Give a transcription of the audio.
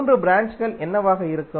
மூன்று ப்ராஞ்ச்கள் என்னவாக இருக்கும்